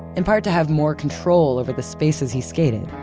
in part to have more control over the spaces he skated.